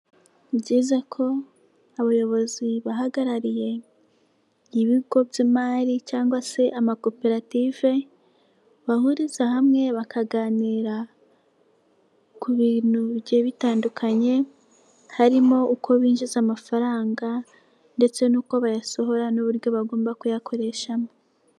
Ni byiza ko abayobozi bahagarariye ibigo by'imari cyangwa se amakoperative, bahuriza hamwe bakaganira ku bintu bigiye bitandukanye, harimo uko binjiza amafaranga, ndetse'uko bayasohora n'uburyo bagomba kuyakoreshamo.